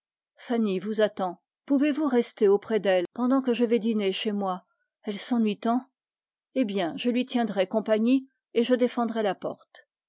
vous attendait pas pouvez-vous rester auprès d'elle pendant que je m'en vais dîner chez moi elle s'ennuie tant je lui tiendrai compagnie et je défendrai la porte